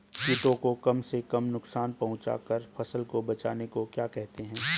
कीटों को कम से कम नुकसान पहुंचा कर फसल को बचाने को क्या कहते हैं?